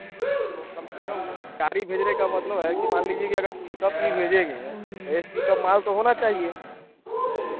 तो कम से कम पै गाड़ी भेजने का मतलब है कि मान लीजिए कि अगर पिकप भी भेजेंगे तो एक पिकअप माल तो होना चाहिए